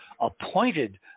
appointed